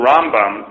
Rambam